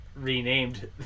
renamed